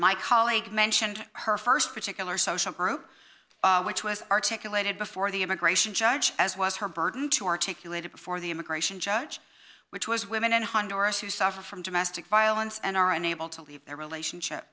my colleague mentioned her st particular social group which was articulated before the immigration judge as was her burden to articulate it before the immigration judge which was women in honduras who suffer from domestic violence and are unable to leave their relationship